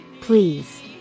Please